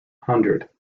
hundred